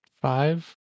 five